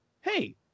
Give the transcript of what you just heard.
hey